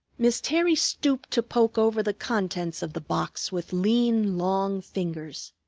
miss terry stooped to poke over the contents of the box with lean, long fingers.